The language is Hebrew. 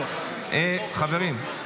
חברים.